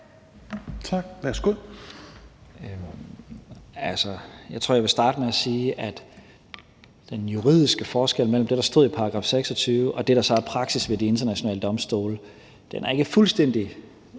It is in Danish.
Tesfaye): Jeg tror, jeg vil starte med at sige noget i forhold til den juridiske forskel. Det, der stod i § 26, og det, der så er praksis ved de internationale domstole, er ikke fuldstændig